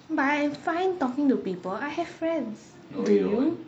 but I'm fine talking to people I have friends do you